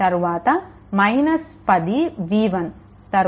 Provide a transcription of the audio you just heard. తరువాత 10 v1 తరువాత 30 0